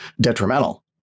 detrimental